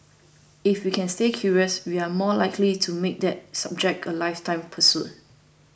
if we can stay curious we are more likely to make that subject a lifetime pursuit